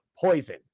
poison